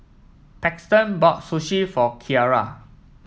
Paxton bought Sushi for Kyara